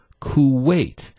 kuwait